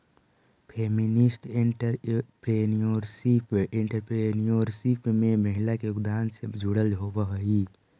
feminist entrepreneurship entrepreneurship में महिला के योगदान से जुड़ल होवऽ हई